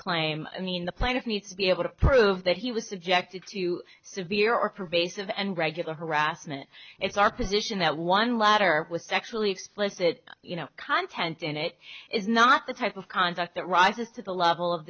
claim i mean the plaintiff needs to be able to prove that he was subjected to severe or pervasive and regular harassment it's our position that one ladder was sexually explicit you know content and it is not the type of conduct that rises to the level of